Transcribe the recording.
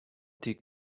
tea